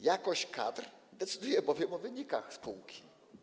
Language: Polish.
Jakość kadr decyduje bowiem o wynikach spółki.